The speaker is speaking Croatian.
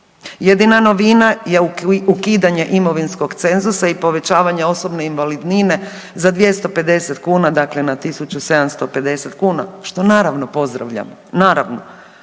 Jedina novina je ukidanje imovinskog cenzusa i povećavanje osobne invalidnine za 250 kuna, dakle na 1.750 kuna što naravno pozdravljam, naravno.